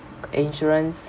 insurance